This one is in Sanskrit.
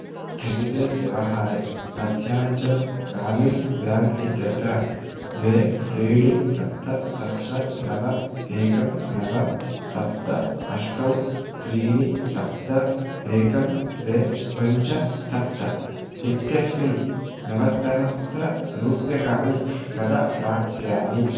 स्थगिते व्यवहारे मध्याञ्चल् ग्रामिण् बेङ्क् इत्यत्र द्वे त्रीणि सप्त सप्त नव एकं नव सप्त अष्ट त्रीणि सप्त एकं द्वे पञ्च सप्त इत्यस्मिन् नवसहस्ररूप्यकाणि कदा प्राप्स्यामि